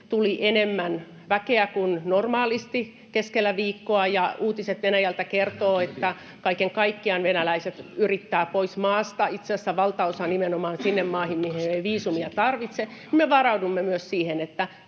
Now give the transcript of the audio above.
tuli enemmän väkeä kuin normaalisti keskellä viikkoa, ja uutiset Venäjältä kertovat, että kaiken kaikkiaan venäläiset yrittävät pois maasta — itse asiassa valtaosa nimenomaan niihin maihin, mihin ei viisumia tarvitse. Me varaudumme myös siihen, että